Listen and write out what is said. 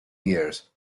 years